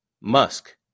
Musk